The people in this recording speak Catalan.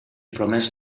promès